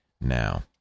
Now